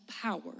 power